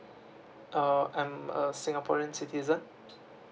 uh I'm a singaporean citizen